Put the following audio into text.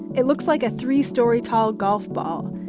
it looks like a three story tall golf ball.